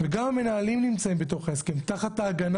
גם מנהלים נמצאים בתוך ההסכם תחת ההגנה